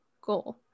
goal